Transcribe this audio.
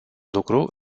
lucru